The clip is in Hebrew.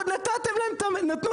עוד נתנו להם את המטרו?